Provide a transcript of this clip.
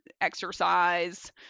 exercise